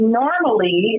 normally